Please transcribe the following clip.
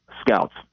scouts